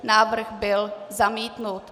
Návrh byl zamítnut.